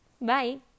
Bye